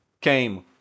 came